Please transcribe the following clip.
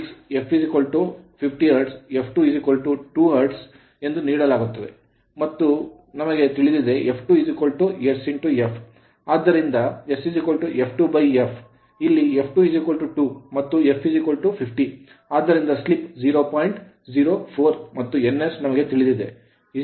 P ಅನ್ನು 6 f50 hertz hertz f22 hertz hertz ಎಂದು ನೀಡಲಾಗುತ್ತದೆ ಮತ್ತು ನಮಗೆ ತಿಳಿದಿದೆ f2 sf ಆದ್ದರಿಂದ sf2f ಇಲ್ಲಿ f22 ಮತ್ತು f50 ಆದ್ದರಿಂದ slip ಸ್ಲಿಪ್ 0